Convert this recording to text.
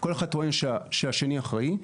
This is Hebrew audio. כל אחד טוען שהשני אחראי.